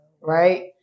right